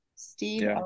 Steve